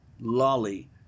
lolly